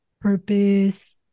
purpose